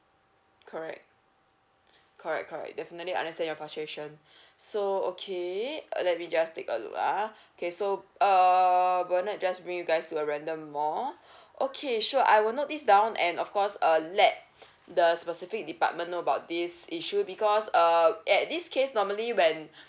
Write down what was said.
correct correct correct definitely understand your frustration so okay uh let me just take a look ah okay so err bernard just bring you guys to a random mall okay sure I will note this down and of course uh let the specific department know about this issue because um at this case normally when